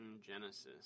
Genesis